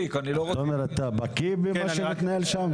תומר, אתה מכיר את מה שמתנהל בוועדת החוקה.